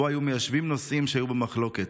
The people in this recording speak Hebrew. ובו היו מיישבים נושאים שהיו במחלוקת.